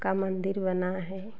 का मंदिर बना है